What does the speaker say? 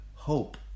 hope